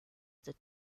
the